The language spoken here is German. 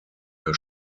der